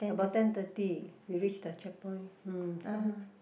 about ten thirty we reach the checkpoint mm so